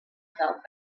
felt